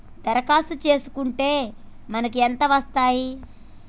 దరఖాస్తు చేస్కుంటే మనకి ఎంత వస్తాయి?